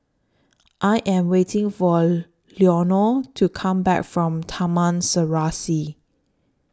I Am waiting For Leonore to Come Back from Taman Serasi